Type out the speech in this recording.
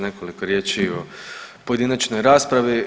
Nekoliko riječi i o pojedinačnoj raspravi.